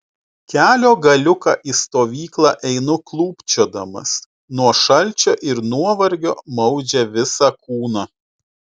kelio galiuką į stovyklą einu klūpčiodamas nuo šalčio ir nuovargio maudžia visą kūną